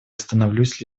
остановлюсь